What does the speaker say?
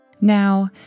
Now